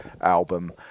album